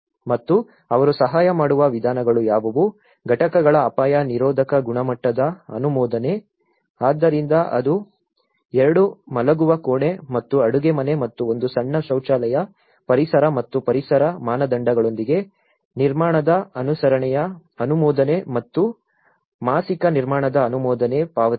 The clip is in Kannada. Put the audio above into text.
ಮತ್ತು ಅವರು ಸಹಾಯ ಮಾಡುವ ವಿಧಾನಗಳು ಯಾವುವು ಘಟಕಗಳ ಅಪಾಯ ನಿರೋಧಕ ಗುಣಮಟ್ಟದ ಅನುಮೋದನೆ ಆದ್ದರಿಂದ ಅದು 2 ಮಲಗುವ ಕೋಣೆ ಮತ್ತು ಅಡುಗೆಮನೆ ಮತ್ತು 1 ಸಣ್ಣ ಶೌಚಾಲಯ ಪರಿಸರ ಮತ್ತು ಪರಿಸರ ಮಾನದಂಡಗಳೊಂದಿಗೆ ನಿರ್ಮಾಣದ ಅನುಸರಣೆಯ ಅನುಮೋದನೆ ಮತ್ತು ಮಾಸಿಕ ನಿರ್ಮಾಣದ ಅನುಮೋದನೆ ಪಾವತಿಗಳು